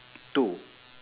two